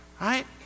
right